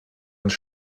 ins